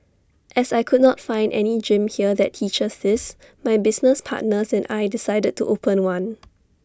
as I could not find any gym here that teaches this my business partners and I decided to open one